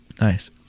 Nice